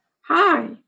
Hi